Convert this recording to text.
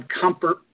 comfort